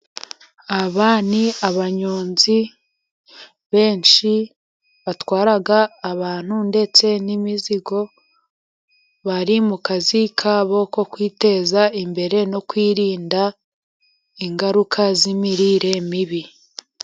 Aba ni abanyonzi benshi batwara abantu ndetse n'imizigo. Bari mu kazi kabo ko kwiteza imbere no kwirinda ingaruka z'imirire mibi.